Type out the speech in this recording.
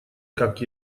как